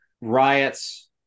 riots